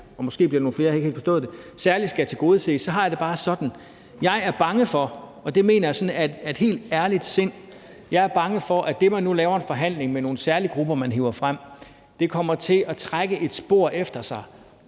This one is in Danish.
og måske bliver der nogle flere; jeg har ikke helt forstået det – der nu sådan særlig skal tilgodeses, så har jeg det bare sådan, og det mener jeg af et helt ærligt sind, at jeg er bange for, at det, at man nu laver en forhandling med nogle særlige grupper, som man hiver frem, kommer til at trække et spor efter sig,